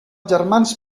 germans